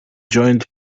joined